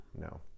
No